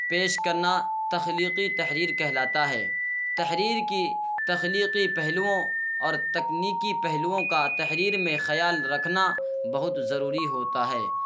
پیش کرنا تخلیقی تحریر کہلاتا ہے تحریر کی تخلیقی پہلوؤں اور تکنیکی پہلوؤں کا تحریر میں خیال رکھنا بہت ضروری ہوتا ہے